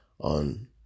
on